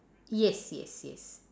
yes yes yes